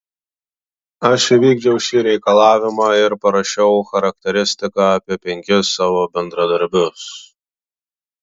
aš įvykdžiau šį reikalavimą ir parašiau charakteristiką apie penkis savo bendradarbius